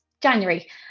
January